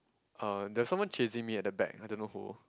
uh there's someone chasing me at the back I don't know who